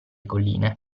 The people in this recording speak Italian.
colline